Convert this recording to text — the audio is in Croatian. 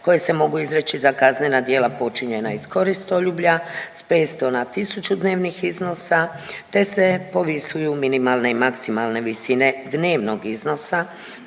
koji se mogu izreći za kaznena djela počinjena iz koristoljublja s 500 na 1000 dnevnih iznosa te se povisuju minimalne i maksimalne visine dnevnog iznosa